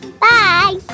Bye